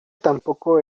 tampoco